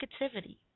negativity